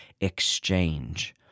exchange